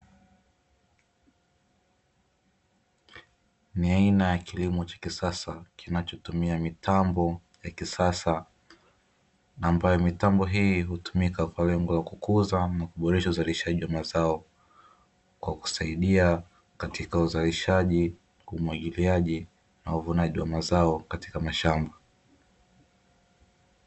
Ni aina ya kilimo cha kisasa kinachotumia mitambo ya kisasa, ambayo mitambo hii hutumika kwa lengo la kukuza na kuboresha uzalishaji wa mazao na kusaidia katika uzalishaji, umwagiliaji na uvunaji wa mazao katika mashamba.